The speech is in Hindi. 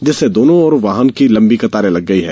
जिससे दोनों ओर वाहनों की लंबी कतारें लग गईं